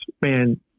man